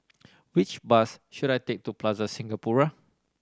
which bus should I take to Plaza Singapura